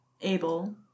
able